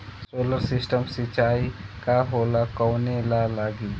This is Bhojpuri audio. सोलर सिस्टम सिचाई का होला कवने ला लागी?